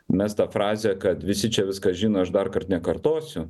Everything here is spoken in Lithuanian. mestą frazę kad visi čia viską žino aš darkart nekartosiu